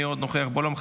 מי עוד נוכח באולם?